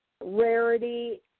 Rarity